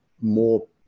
more